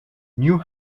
new